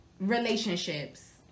relationships